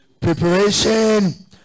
preparation